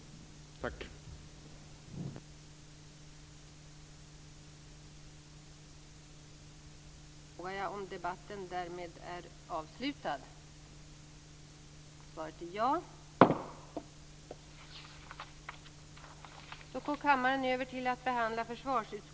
Tack!